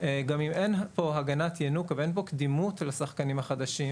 גם אם אין פה הגנת ינוקא ואין קדימות לשחקנים החדשים